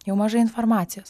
jau mažai informacijos